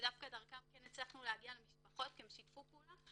ודווקא דרכם הצלחנו להגיע למשפחות כי הם שיתפו פעולה.